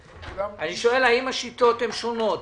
האם השיטות הן שונות?